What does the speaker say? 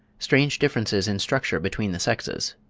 strange differences in structure between the sexes